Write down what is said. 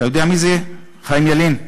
אתה יודע מי זה, חיים ילין?